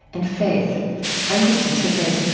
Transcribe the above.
and faith i'm krista tippett.